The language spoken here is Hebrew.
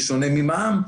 בשונה ממע"מ.